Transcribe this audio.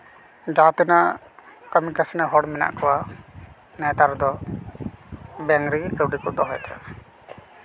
ᱡᱟᱦᱟᱸ ᱛᱤᱱᱟᱹᱜ ᱠᱟᱹᱢᱤ ᱠᱟᱹᱥᱱᱤ ᱦᱚᱲ ᱢᱮᱱᱟᱜ ᱠᱚᱣᱟ ᱱᱮᱛᱟᱨ ᱫᱚ ᱵᱮᱝᱠ ᱨᱮᱜᱮ ᱠᱟᱹᱣᱰᱤ ᱠᱚ ᱫᱚᱦᱚᱭᱮᱫᱟ